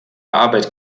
arbeit